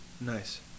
Nice